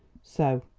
so,